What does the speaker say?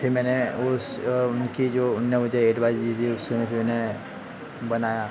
फिर मैंने उस उनकी जो उन्होंने मुझे एडवाइज़ दी थी उससे ने फिर उन्हें बनाया